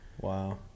Wow